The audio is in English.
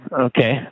Okay